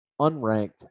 unranked